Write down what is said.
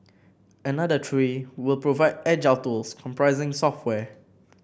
another three will provide agile tools comprising software